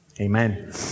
amen